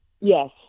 Yes